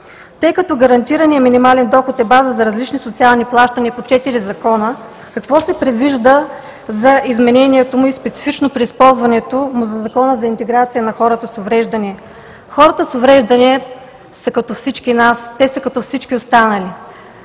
Тъй като гарантираният минимален доход е база за различни социални плащания по четири закона, какво се предвижда за изменението му и специфично при използването му за Закона за интеграция на хората с увреждания? Хората с увреждания са като всички нас – те са като всички останали.